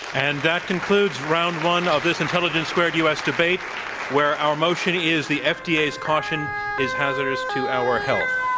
and that concludes round one of this intelligence squared u. s. debate where our motion is the fda's caution is hazardous to our health.